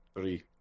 three